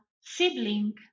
sibling